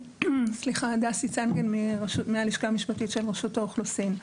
אני דסי צנגן מהלשכה המשפטית של רשות האוכלוסין.